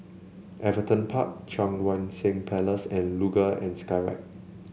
Everton Park Cheang Wan Seng Place and Luge and Skyride